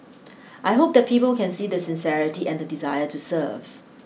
I hope that people can see the sincerity and the desire to serve